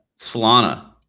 Solana